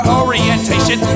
orientation